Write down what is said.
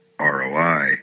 ROI